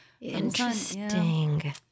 Interesting